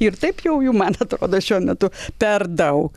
ir taip jau jų man atrodo šiuo metu per daug